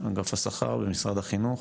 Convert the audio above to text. אגף השכר ומשרד החינוך